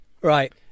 Right